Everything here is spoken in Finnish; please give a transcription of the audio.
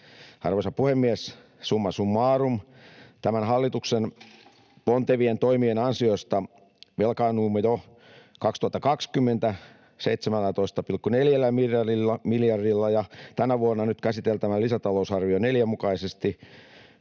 Arvoisa puhemies! Summa summarum: Tämän hallituksen pontevien toimien ansiosta jo 2020 velkaannuimme 17,4 miljardilla ja tänä vuonna nyt käsiteltävän 4. lisätalousarvion mukaisesti